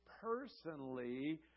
personally